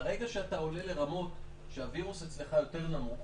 ברגע שאתה עולה לרמות שהווירוס אצלך יותר נמוך,